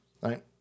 Right